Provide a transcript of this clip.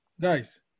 guys